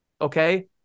okay